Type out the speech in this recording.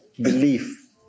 belief